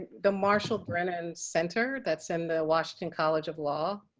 the marshall brennan center that's in the washington college of law.